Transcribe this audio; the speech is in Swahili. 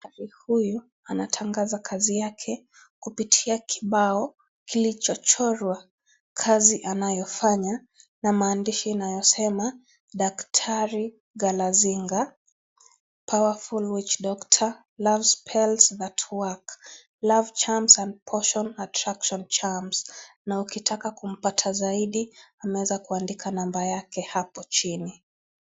Daktari huyu anatangaza kazi yake kupitia kibao kilichochorwa. Kazi anayofanya na maandishi inayosema daktari Galazinga powerful witchdoctor love spells that work love charms and potions attraction charms na ukitaka kumpata zaidi ameweza kuandika namba yake hapo chini.